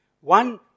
One